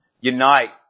unite